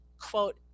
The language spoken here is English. quote